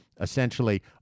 essentially